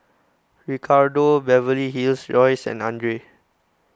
Ricardo Beverly Hills Royce and andre